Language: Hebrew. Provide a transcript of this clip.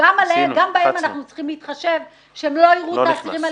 שגם בהן אנחנו צריכים להתחשב שלא יראו את האסירים האלה